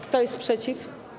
Kto jest przeciw?